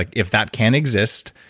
like if that can exist,